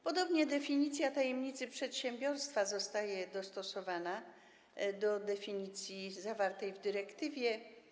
Podobnie definicja tajemnicy przedsiębiorstwa zostaje dostosowana do definicji zawartej w dyrektywie.